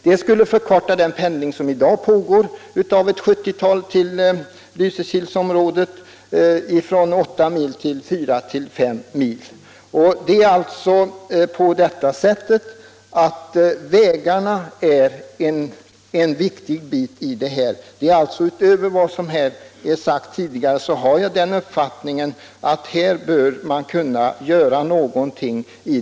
Det skulle förkorta pendlingsavståndet för i dagens läge ett 70-tal personer från 8 mil till 4 å S mil. Vägarna är alltså en viktig faktor. Här bör man kunna göra någonting.